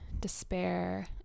despair